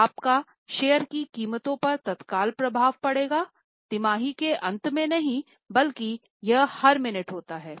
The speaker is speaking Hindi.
लाभ का शेयर की कीमतों पर तत्काल प्रभाव पड़ेगा तिमाही के अंत में नहीं बल्कि यह हर मिनट होता है